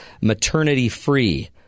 maternity-free